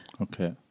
Okay